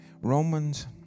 Romans